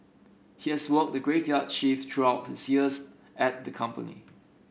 he has worked the graveyard shift throughout his years at the company